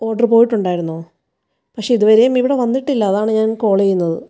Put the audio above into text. order പോയിട്ടുണ്ടായിരുന്നോ പക്ഷെ ഇത് വരെയും ഇവിടെ വന്നിട്ടില്ല അതാണ് ഞാൻ കോൾ ചെയ്യുന്നത്